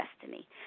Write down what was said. destiny